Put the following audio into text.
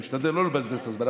אני משתדל לא לבזבז את הזמן,